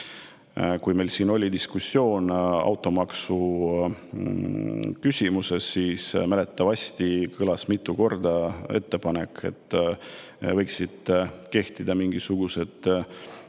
meil oli siin diskussioon automaksu üle, siis mäletatavasti kõlas mitu korda ettepanek, et võiksid kehtida mingisugused